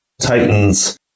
Titans